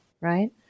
right